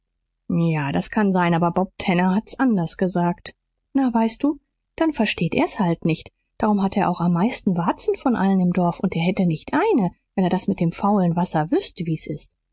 ja das kann sein aber bob tanner hat's anders gesagt na weißt du dann versteht er's halt nicht darum hat er auch am meisten warzen von allen im dorf und er hätte nicht eine wenn er das mit dem faulen wasser wüßte wie's ist